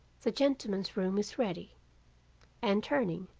the gentleman's room is ready and turning,